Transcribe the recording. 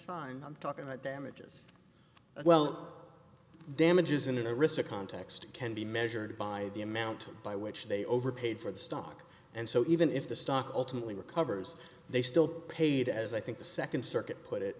time talking about damages well damages in a risk context can be measured by the amount by which they overpaid for the stock and so even if the stock ultimately recovers they still paid as i think the second circuit put